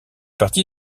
partie